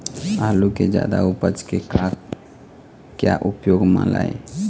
आलू कि जादा उपज के का क्या उपयोग म लाए?